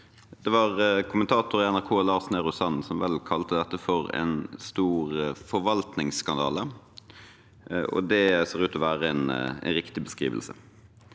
Det var vel kommentator i NRK, Lars Nehru Sand, som kalte dette for en stor forvaltningsskandale, og det ser ut til å være en riktig beskrivelse.